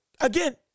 again